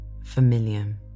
Familiar